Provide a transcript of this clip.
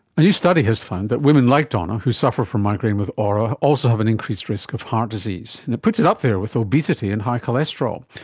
a new study has found that women like donna who suffer from migraine with aura also have an increased risk of heart disease, and it puts it up there with obesity and high cholesterol.